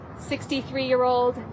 63-year-old